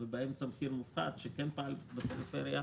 ובאמצע מחיר מופחת שכן פעל בפריפריה,